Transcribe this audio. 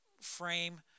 frame